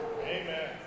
Amen